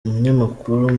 umunyamakuru